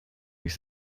ich